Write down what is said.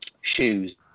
Shoes